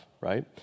right